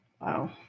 Wow